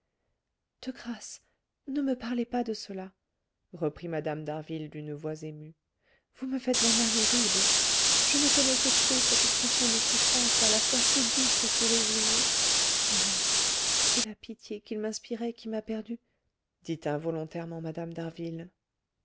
de grâce ne me parlez pas de cela reprit mme d'harville d'une voix émue vous me faites un mal horrible je ne connais que trop cette expression de souffrance à la fois si douce et si résignée hélas c'est la pitié qu'il m'inspirait qui m'a perdue dit involontairement mme